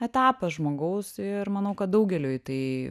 etapas žmogaus ir manau kad daugeliui tai